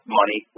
money